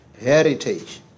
heritage